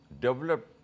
develop